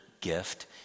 gift